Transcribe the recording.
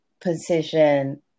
position